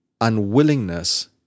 unwillingness